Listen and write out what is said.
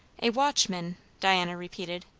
a watchman diana repeated.